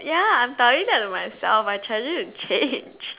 ya I'm telling that to myself I'm trying to change